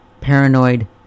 Paranoid